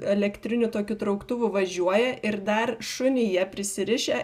elektriniu tokiu trauktuvu važiuoja ir dar šunį jie prisirišę